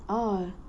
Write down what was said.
oh